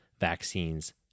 vaccines